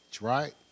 right